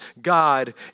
God